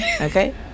Okay